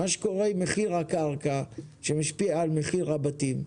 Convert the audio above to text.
מחיר הקרקע משפיע על מחיר הבתים.